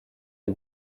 les